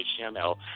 HTML